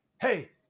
hey